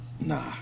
Nah